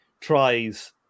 tries